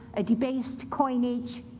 a debased coinage,